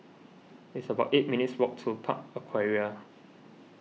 it's about eight minutes' walk to Park Aquaria